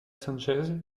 sánchez